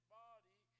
body